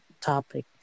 topic